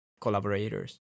collaborators